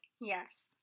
yes